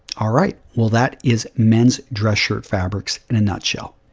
all right. well, that is menis dress shirt fabrics in a nutshell.